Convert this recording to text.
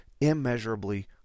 immeasurably